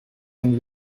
and